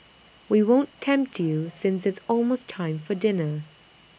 we won't tempt you since it's almost time for dinner